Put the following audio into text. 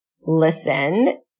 listen